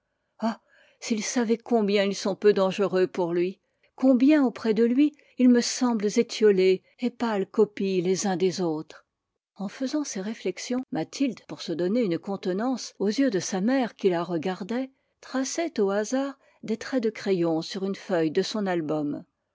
ah s'il savait combien ils sont peu dangereux pour lui combien auprès de lui ils me semblent étiolés et pâles copies les uns des autres en faisant ces réflexions mathilde pour se donner une contenance aux yeux de sa mère qui la regardait traçait au hasard des traits de crayon sur une feuille de son album